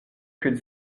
could